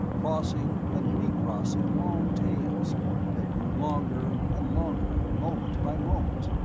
crossing and recrossing long tails that grew, longer and longer, moment by moment.